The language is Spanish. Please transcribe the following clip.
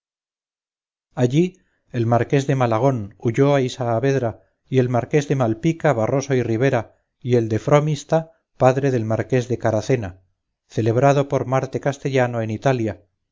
allí el marqués de malagón ulloa y saavedra y el marqués de malpica barroso y ribera y el de frómista padre del marqués de caracena celebrado por marte castellano en italia